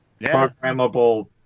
programmable